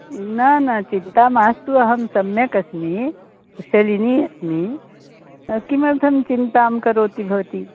न न चिन्ता मास्तु अहं सम्यक् अस्मि कुशलिनी अस्मि किमर्थं चिन्तां करोति भवती